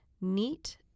neat